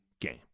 game